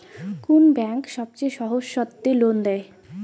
কোন ব্যাংক সবচেয়ে সহজ শর্তে লোন দেয়?